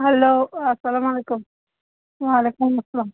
hello السلامُ علیکُم وعلیکُم السلام